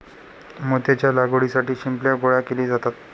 मोत्याच्या लागवडीसाठी शिंपल्या गोळा केले जातात